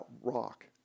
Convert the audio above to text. rock